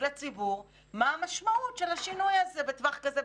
לציבור מה המשמעות של השינוי הזה בטווח זה,